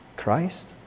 Christ